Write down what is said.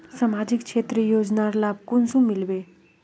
सामाजिक क्षेत्र योजनार लाभ कुंसम मिलबे?